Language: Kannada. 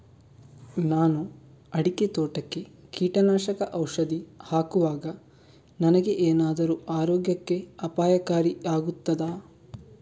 ನಾನು ಅಡಿಕೆ ತೋಟಕ್ಕೆ ಕೀಟನಾಶಕ ಔಷಧಿ ಹಾಕುವಾಗ ನನಗೆ ಏನಾದರೂ ಆರೋಗ್ಯಕ್ಕೆ ಅಪಾಯಕಾರಿ ಆಗುತ್ತದಾ?